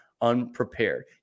unprepared